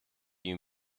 you